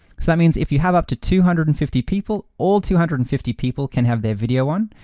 so that means if you have up to two hundred and fifty people, all two hundred and fifty people can have their video on.